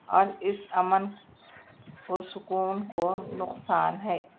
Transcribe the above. اور اس امن و سکون کو نقصان ہے